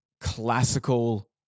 classical